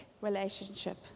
relationship